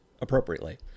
appropriately